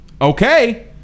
Okay